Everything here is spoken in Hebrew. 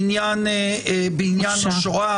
בעניין השואה,